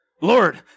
Lord